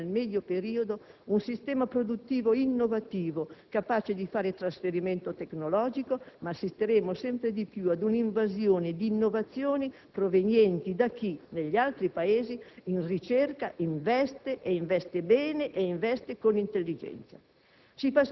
avere, nel medio periodo, un sistema produttivo innovativo capace di fare trasferimento tecnologico, ma assisteremo sempre di più ad una invasione di innovazioni provenienti da chi, negli altri Paesi, in ricerca investe bene e con intelligenza.